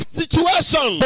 situation